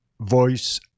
voice